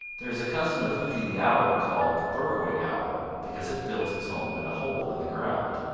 there is a cousin of hooty the owl called the burrowing owl because it builds its home in a hole in the ground.